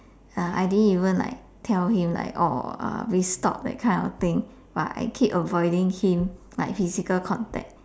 uh I didn't even like tell him like oh we stop that kind of thing but I keep avoiding him like physical contact